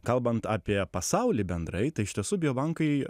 kalbant apie pasaulį bendrai tai iš tiesų bio bankai